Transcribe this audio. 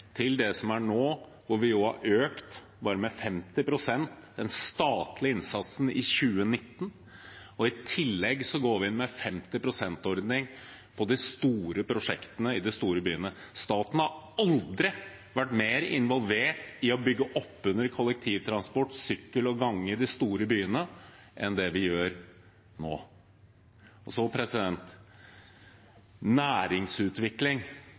til slik det er nå, hvor vi har økt den statlige innsatsen i 2019 med 50 pst. I tillegg går vi inn med en 50 pst.-ordning i de store prosjektene i de store byene. Staten har aldri vært mer involvert i å bygge opp under kollektivtransport, sykkel og gange i de store byene enn det vi er nå.